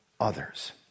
others